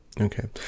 Okay